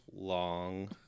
Long